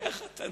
איך אתה נוסע?